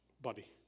Body